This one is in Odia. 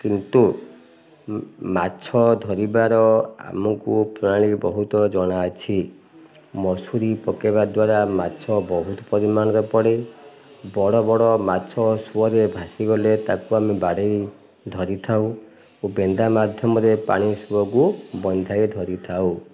କିନ୍ତୁ ମାଛ ଧରିବାର ଆମକୁ ପ୍ରଣାାଳୀ ବହୁତ ଜଣା ଅଛି ମଶାରି ପକେଇବା ଦ୍ୱାରା ମାଛ ବହୁତ ପରିମାଣରେ ପଡ଼େ ବଡ଼ ବଡ଼ ମାଛ ସୁଅରେ ଭାସିଗଲେ ତାକୁ ଆମେ ବାଡ଼େଇ ଧରି ଥାଉ ଓ ବେନ୍ଦା ମାଧ୍ୟମରେ ପାଣି ସୁଅକୁ ବନ୍ଧା ଧରିଥାଉ